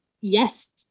yes